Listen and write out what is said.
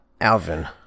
Alvin